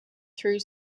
through